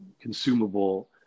consumable